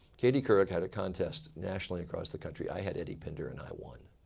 katie couric had a contest nationally across the country. i had eddie pinder and i won.